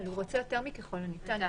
אבל הוא רוצה יותר מ "ככל הניתן".